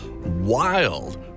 wild